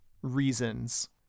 reasons